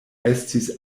estis